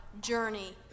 journey